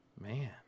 Man